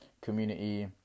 community